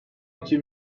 iki